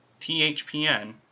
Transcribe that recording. THPN